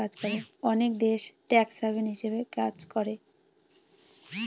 অনেক দেশ tax haven হিসাবে কাজ করে